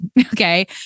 Okay